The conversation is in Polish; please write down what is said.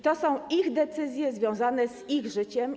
To są ich decyzje związane z ich życiem.